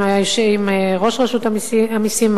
עם ראש רשות המסים,